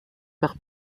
par